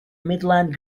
midland